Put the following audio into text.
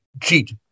cheat